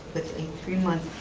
a three month